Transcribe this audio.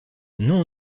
non